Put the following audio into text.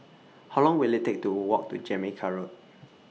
How Long Will IT Take to Walk to Jamaica Road